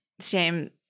shame